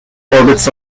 orbits